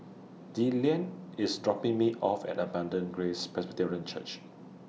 Dillan IS dropping Me off At Abundant Grace Presbyterian Church